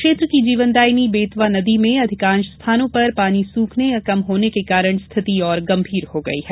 क्षेत्र की जीवनदायिनी बेतवा नदी में अधिकांश स्थानों पर पानी सूखने या कम होने के कारण स्थिति और गंभीर हो गयी है